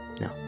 No